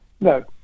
no